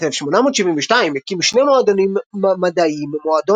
בשנת 1872 הקים שני מועדונים מדעיים - "מועדון